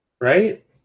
Right